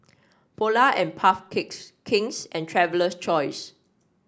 Polar and Puff Cakes King's and Traveler's Choice